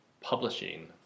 publishing